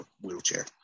wheelchair